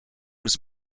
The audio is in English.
was